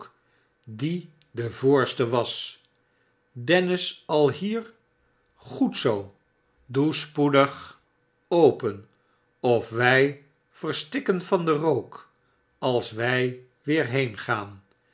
die de voorste was dennis al hier goe zoo doe spoedig open of wij verstikken van den rook als wij weer heengaan